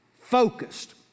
focused